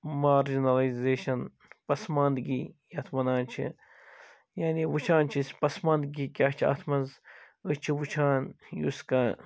marginalisation پَسمانٛدگی یتھ ونان چھِ یعنی وُچھان چھِ أسۍ پَسامانٛدگی کیٛاہ چھِ اَتھ مَنٛز أسۍ چھِ وُچھان یُس کانٛہہ